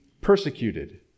persecuted